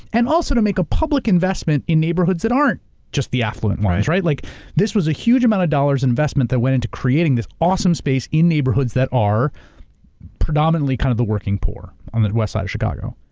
and also to make a public investment in neighborhoods that aren't just the affluent ones. like this was a huge amount of dollars investment that went into creating this awesome space in neighborhoods that are predominantly kind of the working poor on the west side of chicago.